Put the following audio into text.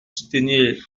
soutenir